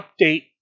update